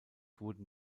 wurden